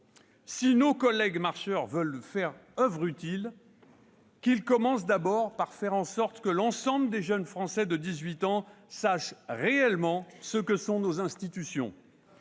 Si nos collègues Marcheurs veulent faire oeuvre utile, qu'ils commencent par faire en sorte que l'ensemble des jeunes Français de dix-huit ans sachent réellement ce que sont nos institutions.